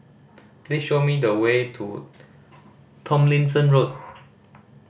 please show me the way to Tomlinson Road